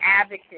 advocate